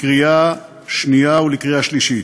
לקריאה שנייה ולקריאה שלישית.